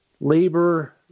labor